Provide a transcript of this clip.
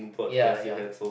ya ya